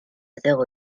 zéro